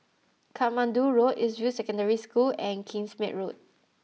Katmandu Road East View Secondary School and Kingsmead Road